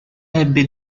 ebbe